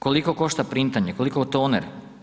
Koliko košta printanje, koliko toner?